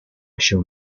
się